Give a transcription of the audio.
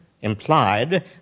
implied